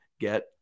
get